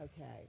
Okay